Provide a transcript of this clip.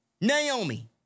Naomi